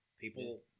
people